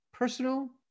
Personal